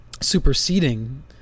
superseding